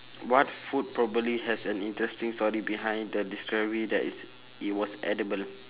what food probably has an interesting story behind the discovery that it's it was edible